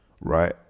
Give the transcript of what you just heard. right